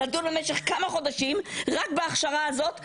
לדון במשך כמה חודשים רק בהכשרה הזאת?